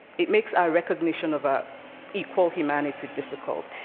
it makes our recognition of our equal humanity difficult.